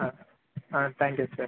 ஆ ஆ thank you sir